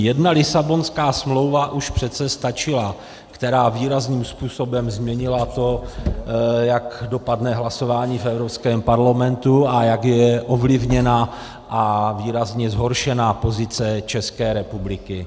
Jedna Lisabonská smlouva už přece stačila, která výrazným způsobem změnila to, jak dopadne hlasování v Evropském parlamentu a jak je ovlivněna a výrazně zhoršena pozice České republiky.